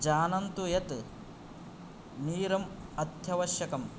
जानन्तु यत् नीरम् अत्यावश्यकं